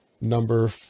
number